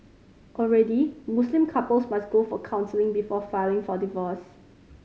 already Muslim couples must go for counselling before filing for divorce